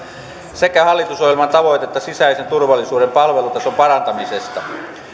sekä hallitusohjelman tavoitetta sisäisen turvallisuuden palvelutason parantamisesta